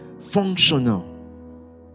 functional